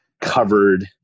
covered